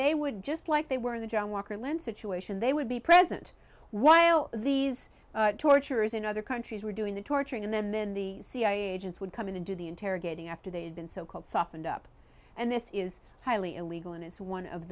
they would just like they were in the john walker lindh situation they would be present while these torturers in other countries were doing the torturing and then then the cia agents would come in and do the interrogating after they'd been so called softened up and this is highly illegal and it's one of